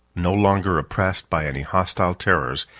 no longer oppressed by any hostile terrors,